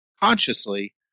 consciously